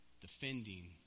defending